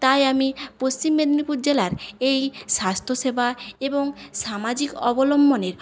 তাই আমি পশ্চিম মেদনীপুর জেলার এই স্বাস্থ্যসেবা এবং সামাজিক অবলম্বনের